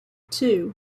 two